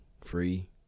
free